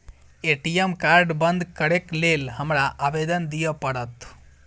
ATM card बंद करैक लेल हमरा आवेदन दिय पड़त?